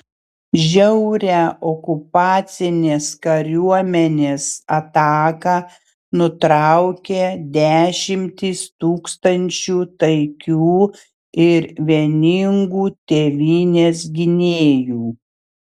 žiaurią okupacinės kariuomenės ataką nutraukė dešimtys tūkstančių taikių ir vieningų tėvynės gynėjų